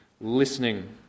listening